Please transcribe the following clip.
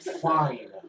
Fine